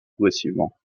progressivement